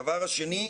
הדבר השני,